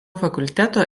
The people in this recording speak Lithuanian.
fakulteto